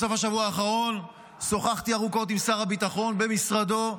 בסוף השבוע האחרון שוחחתי ארוכות עם שר הביטחון במשרדו,